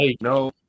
No